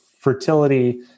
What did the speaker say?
fertility